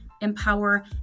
empower